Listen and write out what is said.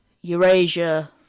Eurasia